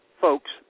folks